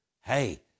hey